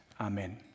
Amen